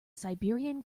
siberian